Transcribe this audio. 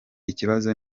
ikibazo